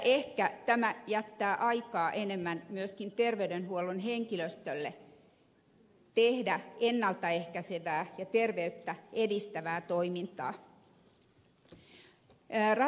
ehkä tämä jättää aikaa enemmän myöskin terveydenhuollon henkilöstölle tehdä ennalta ehkäisevää ja terveyttä edistävää toimintaa